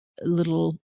little